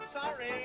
Sorry